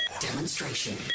demonstration